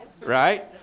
right